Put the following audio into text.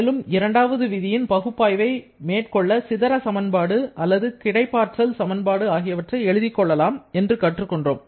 மேலும் இரண்டாவது விதியின் பகுப்பாய்வை மேற்கொள்ள சிதற சமன்பாடு அல்லது கிடைப்பாற்றல் சமன்பாடு ஆகியவற்றை எழுதிக்கொள்ளலாம் என்று கற்றுக் கொண்டோம்